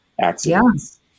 accidents